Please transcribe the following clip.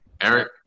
Eric